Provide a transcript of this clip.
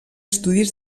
estudis